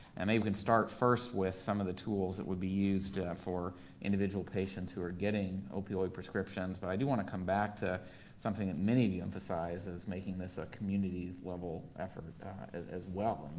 and maybe we can start first with some of the tools that would be used for individual patients who are getting opioid prescriptions, but i do wanna come back to something that many of you emphasized, is making this a community-level effort as as well,